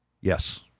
Yes